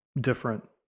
different